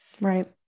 Right